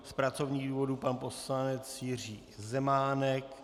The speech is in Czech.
Z pracovních důvodů pan poslanec Jiří Zemánek.